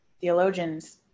theologians